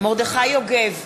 מרדכי יוגב,